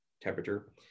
temperature